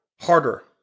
harder